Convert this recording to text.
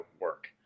work